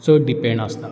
हें चड डिपेंड आसता